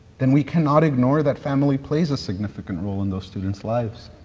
then we cannot ignore that family plays a significant role in those students' lives.